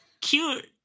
Cute